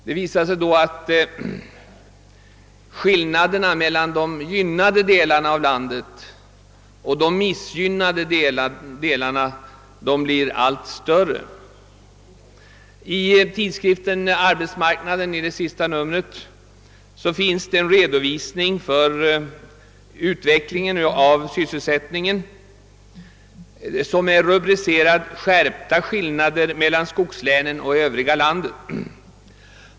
Det visar sig att skillnaderna mellan de gynnade delarna av landet och de missgynnade delarna blir allt större. I tidningen Arbetsmarknaden finns i det senaste numret en redovisning av sysselsättningsutvecklingen under rubriken »Skärpta skillnader mellan skogslänen och övriga landet».